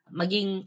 maging